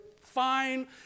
fine